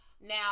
Now